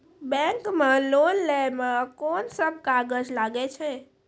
Bank मे loan लै मे कोन सब कागज लागै छै?